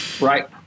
Right